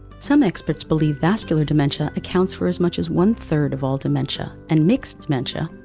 some experts believe vascular dementia accounts for as much as one-third of all dementia, and mixed-dementia,